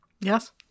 Yes